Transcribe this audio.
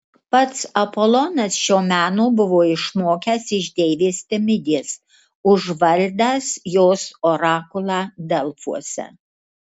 pats apolonas šio meno buvo išmokęs iš deivės temidės užvaldęs jos orakulą delfuose